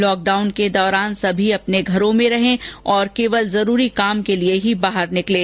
lockdown के दौरान सभी अपने घरों में रहें और सिर्फ जरूरी चीजों के लिये ही बाहर निकलें